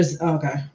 okay